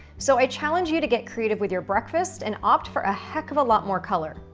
so i challenge you to get creative with your breakfast and opt for a heck of a lot more color.